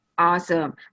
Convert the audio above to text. Awesome